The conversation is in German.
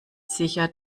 sicher